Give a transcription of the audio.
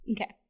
Okay